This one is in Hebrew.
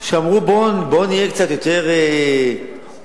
שאמרו: בואו נהיה קצת יותר הומנים,